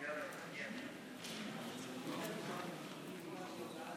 תודה, גברתי היושבת-ראש.